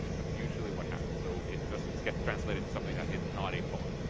that's usually what happens. so it just it gets translated to something that is not a poem.